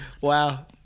Wow